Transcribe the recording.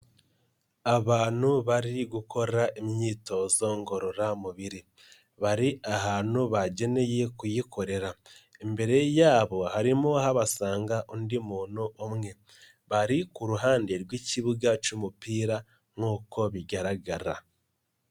Abantu bari gukora imyitozo ngororamubiri. Bari ahantu bageneye kuyikorera. Imbere yabo harimo habasanga undi muntu umwe. Bari ku ruhande rw'ikibuga c'umupira nk'uko bigaragara.